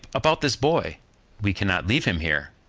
about this boy we can not leave him here.